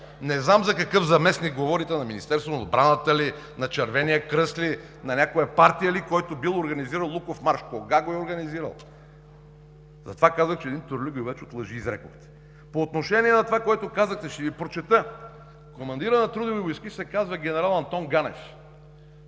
Не знам за какъв заместник говорите – на Министерството на отбраната ли, на Червения кръст ли, на някоя партия ли, който бил организирал Луковмарш? Кога го е организирал? Затова казах, че един тюрлюгювеч от лъжи изрекохте. По отношение на това, което казахте, ще Ви прочета. Командирът на Трудови войски се казва генерал Антон Ганев.